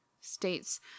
states